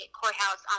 Courthouse